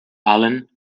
allen